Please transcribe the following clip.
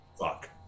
Fuck